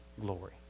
glory